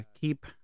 keep